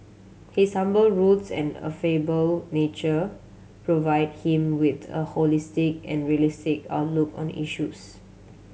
his humble roots and affable nature provide him with the a holistic and realistic outlook on issues